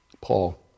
Paul